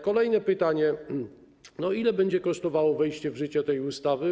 Kolejne pytanie: Ile będzie kosztowało wejście w życie tej ustawy?